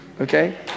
Okay